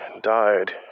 died